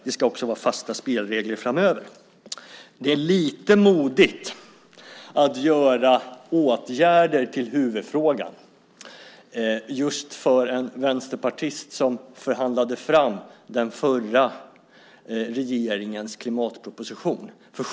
Det ska vara fasta spelregler också framöver. Det är lite modigt av en vänsterpartist som förhandlade fram den förra regeringens klimatproposition att göra åtgärder till en huvudfråga.